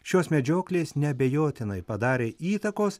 šios medžioklės neabejotinai padarė įtakos